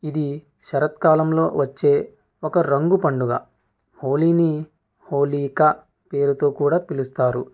ఇది శరత్ కాలంలో వచ్చే ఒక రంగు పండుగ హోలీని హోలీకా పేరుతో కూడా పిలుస్తారు